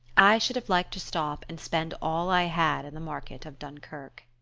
i should have liked to stop and spend all i had in the market of dunkerque.